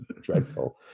dreadful